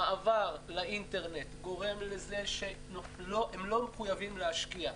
המעבר לאינטרנט גורם לזה שהם לא מחויבים להשקיע.